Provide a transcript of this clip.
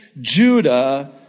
Judah